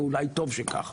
ואולי טוב שכך.